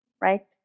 right